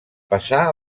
passà